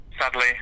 Sadly